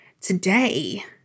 Today